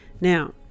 Now